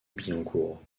billancourt